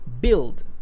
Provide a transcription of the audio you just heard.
Build